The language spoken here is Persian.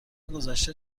گذشته